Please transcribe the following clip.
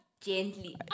gently